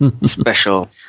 special